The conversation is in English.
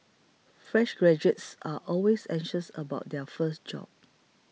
fresh graduates are always anxious about their first job